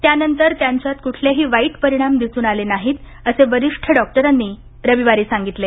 त्यानंतर त्यांच्यात कुठलेही वाईट परिणाम दिसून आले नाहीत असे वरिष्ठ डॉक्टरांनी रविवारी सांगितले